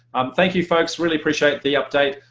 um thank you folks! really appreciate the update.